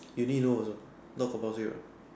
Uni though also not compulsory what